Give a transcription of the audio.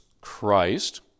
Christ